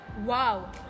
Wow